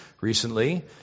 recently